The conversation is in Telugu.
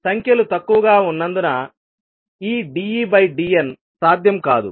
సంఖ్యలు తక్కువగా ఉన్నందున ఈ dEd n సాధ్యం కాదు